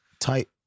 tight